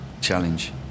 challenge